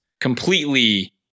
completely